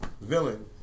villain